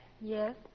Yes